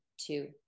two